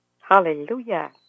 Hallelujah